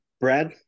Brad